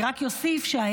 אני קובעת בזה